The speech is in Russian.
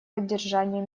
поддержание